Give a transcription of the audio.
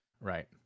Right